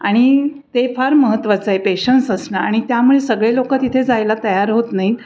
आणि ते फार महत्त्वाचं आहे पेशन्स असणं आणि त्यामुळे सगळे लोक तिथे जायला तयार होत नाहीत